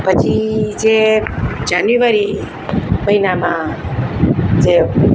પછી છે જાન્યુઆરી મહિનામા જે